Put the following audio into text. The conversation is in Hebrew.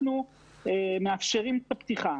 אנחנו מאפשרים את הפתיחה